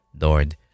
Lord